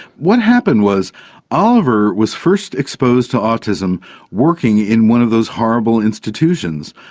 what happened was oliver was first exposed to autism working in one of those horrible institutions,